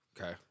Okay